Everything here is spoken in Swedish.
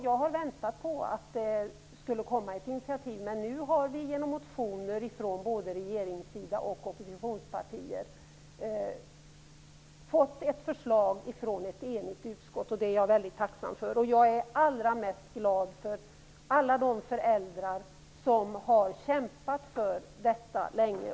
Jag har väntat på att det skulle komma ett initiativ, men nu har vi genom motioner från både regeringssida och oppositionspartier fått ett förslag från ett enigt utskott. Det är jag väldigt tacksam för. Jag är allra mest glad för alla de föräldrar som har kämpat för detta länge.